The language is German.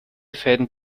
fäden